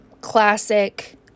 classic